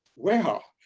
wow,